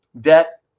debt